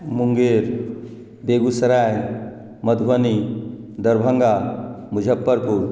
Munger Begusarai Madhubani Darbhanga Muzaffarpur